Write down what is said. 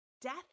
death